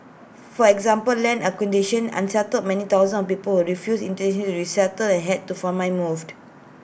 for example land acquisition unsettled many thousands of people who refused initially to resettle and had to far my moved